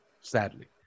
sadly